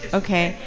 okay